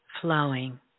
flowing